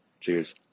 Cheers